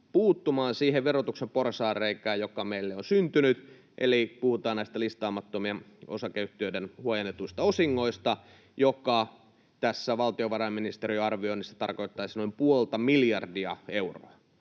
puuttumaan siihen verotuksen porsaanreikään, joka meille on syntynyt. Eli puhutaan näistä listaamattomien osakeyhtiöiden huojennetuista osingoista, jotka tässä valtiovarainministeriön arvioinnissa tarkoittaisivat noin puolta miljardia euroa.